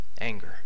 anger